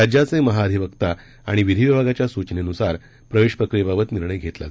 राज्याचे महाधिवक्ता आणि विधी विभागाच्या सूचनेनुसार प्रवेश प्रक्रियेबाबत निर्णय घेतला जाणार आहे